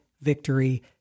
victory